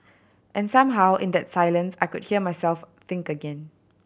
and somehow in that silence I could hear myself think again